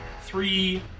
three